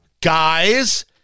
guys